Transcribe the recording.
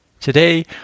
Today